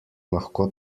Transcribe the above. lahko